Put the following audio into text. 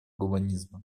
гуманизма